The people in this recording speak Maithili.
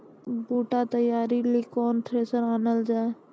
बूटा तैयारी ली केन थ्रेसर आनलऽ जाए?